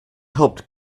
helped